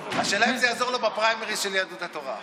השאלה היא אם זה יעזור לו בפריימריז של יהדות התורה.